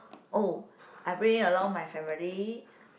oh I bringing along my family